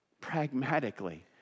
pragmatically